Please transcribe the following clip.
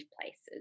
places